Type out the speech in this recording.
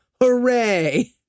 Hooray